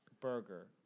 burger